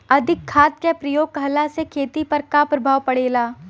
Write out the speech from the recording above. अधिक खाद क प्रयोग कहला से खेती पर का प्रभाव पड़ेला?